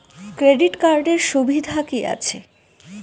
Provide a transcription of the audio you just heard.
Credit কার্ডের সুবিধা কি আছে?